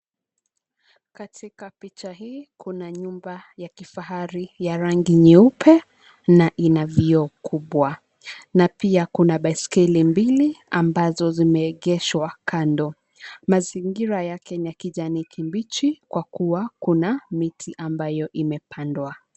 Katika picha hii kuna nyumba ya kifahari ya rangi nyeupe na ina vioo kubwa. Na pia kuna baiskeli mbili ambazo zimeegeshwa kando. Mazingira yake ni ya kijani kibichi kwa kuwa miti ambayo imepandwa.